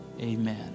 Amen